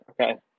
Okay